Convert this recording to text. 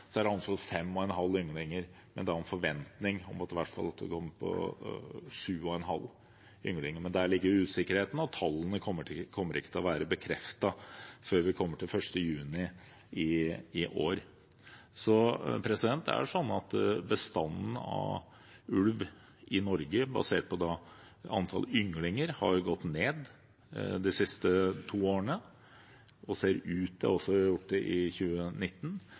Så langt i år – men det vil sikkert kunne øke – er det 5,5 ynglinger. Det er med en forventning om at en i hvert fall kommer på 7,5 ynglinger, men der ligger usikkerheten i at tallene ikke kommer til å være bekreftet før vi kommer til 1. juni i år. Bestanden av ulv i Norge basert på antall ynglinger har gått ned de siste to årene og ser også ut til å ha gjort det i 2019.